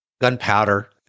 Gunpowder